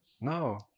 No